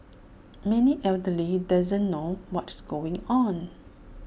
many elderly doesn't know what's going on